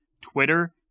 Twitter